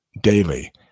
daily